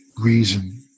reason